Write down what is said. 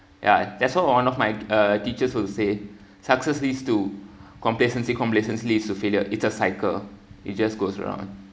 ya that's what one of my uh teachers will say success leads to complacency complacency to failure it's a cycle it just goes round